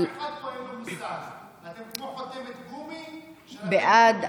כעת הוסרו הסתייגויות לסעיף 2. נצביע על סעיף 2 כנוסח הוועדה.